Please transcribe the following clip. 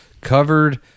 covered